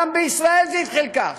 גם בישראל זה התחיל כך: